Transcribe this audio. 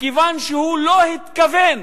מכיוון שהוא לא התכוון